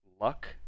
Luck